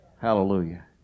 Hallelujah